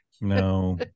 No